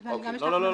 לא,